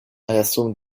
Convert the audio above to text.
assume